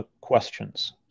questions